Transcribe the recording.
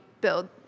build